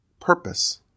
purpose